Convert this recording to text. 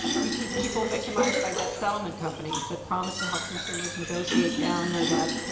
we see people victimized by debt settlement companies that promise to help consumers negotiate down their debt,